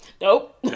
Nope